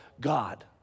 God